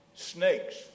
Snakes